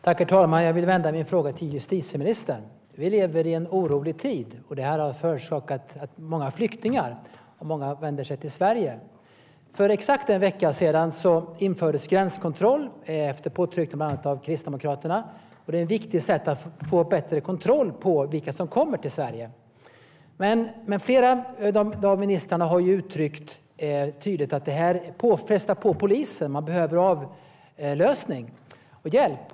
Herr talman! Jag vill vända mig till justitieministern med min fråga. Vi lever i en orolig tid. Det har förorsakat många flyktingar, och många vänder sig till Sverige. För exakt en vecka sedan infördes gränskontroll efter påtryckningar av bland andra Kristdemokraterna. Det är ett viktigt sätt att få en bättre kontroll på vilka som kommer till Sverige. Flera av ministrarna har tydligt uttryckt att det frestar på polisen. Den behöver avlösning och hjälp.